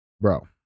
Bro